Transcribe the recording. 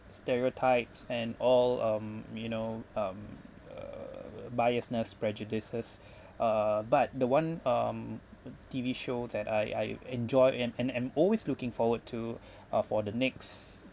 stereotypes and all um you know um uh biasness prejudices err but the one um T_V show that I I enjoy and and I'm always looking forward to ah for the next